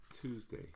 Tuesday